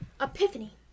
epiphany